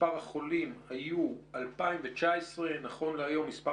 מספר החולים היה 2,019. נכון להיום מספר